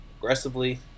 Aggressively